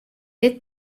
dit